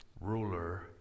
ruler